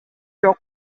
жок